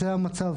זה המצב,